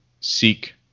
Seek